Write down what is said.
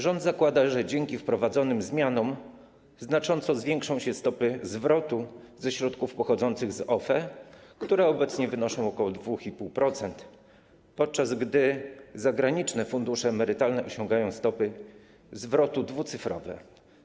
Rząd zakłada, że dzięki wprowadzonym zmianom znacząco zwiększą się stopy zwrotu ze środków pochodzących z OFE, które obecnie wynoszą ok. 2,5%, podczas gdy zagraniczne fundusze emerytalne osiągają dwucyfrowe stopy zwrotu.